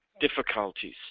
difficulties